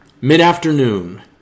Mid-afternoon